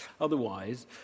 otherwise